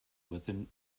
within